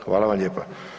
Hvala vam lijepa.